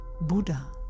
Buddha